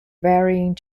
varying